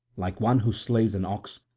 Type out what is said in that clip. like one who slays an ox,